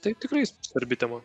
tai tikrai svarbi tema